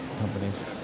companies